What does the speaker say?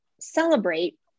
celebrate